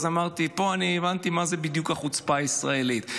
אמרתי, פה הבנתי מה זה בדיוק החוצפה הישראלית.